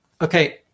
okay